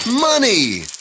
Money